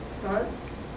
thoughts